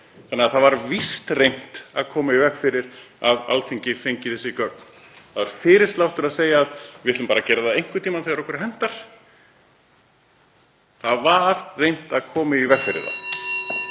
Þannig að það var víst reynt að koma í veg fyrir að Alþingi fengi þessi gögn. Það er fyrirsláttur að segja: Við ætlum bara að gera það einhvern tímann þegar okkur hentar. Það var reynt að koma í veg fyrir það.